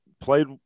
played